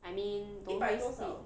I mean don't sleep